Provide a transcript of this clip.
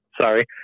sorry